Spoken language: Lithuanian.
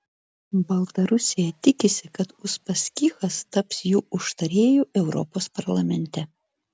baltarusija tikisi kad uspaskichas taps jų užtarėju europos parlamente